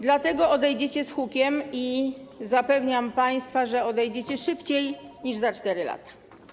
Dlatego odejdziecie z hukiem i zapewniam państwa, że odejdziecie szybciej niż za 4 lata.